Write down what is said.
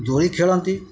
ଦୋଳି ଖେଳନ୍ତି